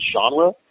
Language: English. genre